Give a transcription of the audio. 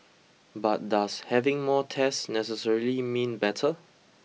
but does having more tests necessarily mean better